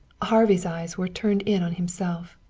harvey's eyes were turned in on himself.